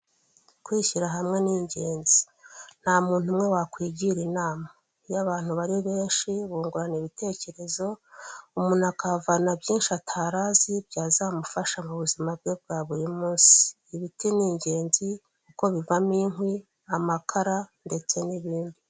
Kwishyira hamwe ni ingenzi, nta muntu umwe wakwigira inama, iyo abantu ari benshi bungurana ibitekerezo, umuntu akavana byinshi atari azi byazamufasha mu buzima bwe bwa buri munsi. Ibiti ni ingenzi kuko bivamo inkwi amakara ndetse n'ibindi.